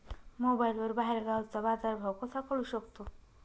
मोबाईलवर बाहेरगावचा बाजारभाव कसा कळू शकतो?